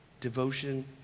devotion